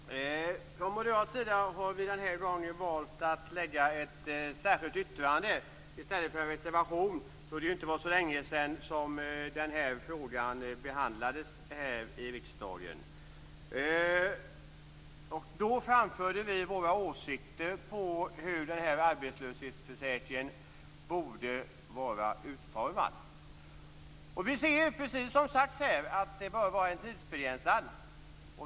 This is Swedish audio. Fru talman! Från moderat sida har vi den här gången valt att lägga ett särskilt yttrande i stället för en reservation, då det inte var så länge sedan som den här frågan behandlades här i riksdagen. Då framförde vi våra åsikter om hur arbetslöshetsförsäkringen borde vara utformad. Vi säger, precis som har sagts här, att arbetslöshetsförsäkringen bör vara tidsbegränsad.